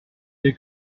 dès